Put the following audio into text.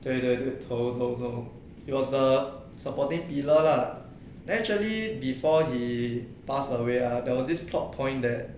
对对对头头头 he was the supporting pillar lah then actually before he pass away ah there was this plot point there